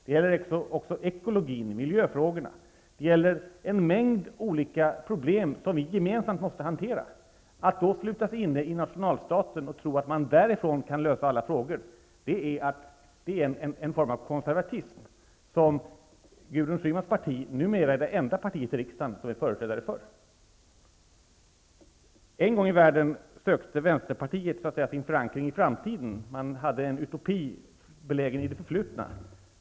Det gäller också ekologin, miljöfrågorna och en mängd olika problem som vi gemensamt måste hantera. Att då sluta sig inne i nationalstaten och tro att man därifrån kan lösa alla frågor är en form av konservatism som Gudrun Schymans parti numera är den enda företrädaren för i riksdagen. En gång i tiden sökte Vänsterpartiet sin förankring i framtiden -- man hade en utopi belägen i framtiden.